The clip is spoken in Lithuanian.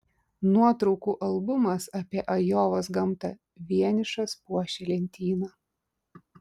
nuotraukų albumas apie ajovos gamtą vienišas puošė lentyną